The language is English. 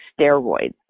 steroids